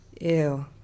Ew